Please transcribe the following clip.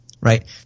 right